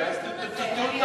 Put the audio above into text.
זה לא נכון,